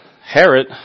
Herod